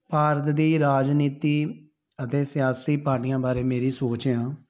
ਭਾਰਤ ਦੀ ਰਾਜਨੀਤੀ ਅਤੇ ਸਿਆਸੀ ਪਾਰਟੀਆਂ ਬਾਰੇ ਮੇਰੀ ਸੋਚ ਆ